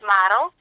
model